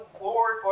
Lord